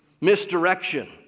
misdirection